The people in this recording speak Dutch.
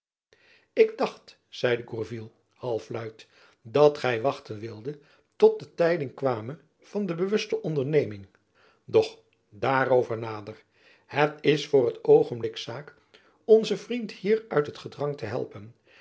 ik dacht zeide gourville half luid dat gy wachten wildet tot er tijding kwame van de bewuste onderneming doch daarover nader het is voor het oogenblik zaak onzen vriend hier uit het gedrang te helpen